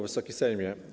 Wysoki Sejmie!